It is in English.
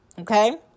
Okay